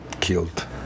killed